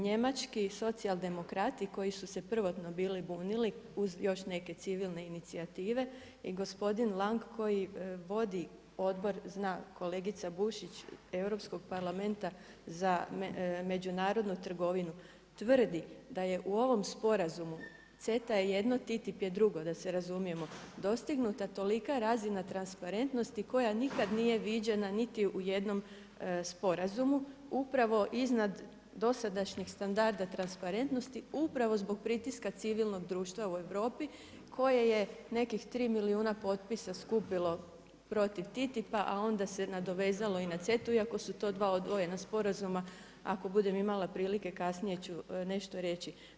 Njemački socijaldemokrati koji su se prvotno bili bunili uz još neke civilne inicijative i gospodin Lang koji vodi odbor, zna kolegica Bušić, Europskog parlamenta za međunarodnu trgovinu tvrdi da je u ovom sporazumu, CETA je jedno, TTIP je drugo, da se razumijemo, dostignuta tolika razina transparentnosti koja nikada nije viđena niti u jednom sporazumu upravo iznad dosadašnjeg standarda transparentnosti upravo zbog pritiska civilnog društva u Europi koje je nekih 3 milijuna potpisa skupilo protiv TTIP-a a onda se nadovezalo i na CETA-u iako su to dva odvojena sporazuma, ako budem imala prilike, kasnije ću nešto reći.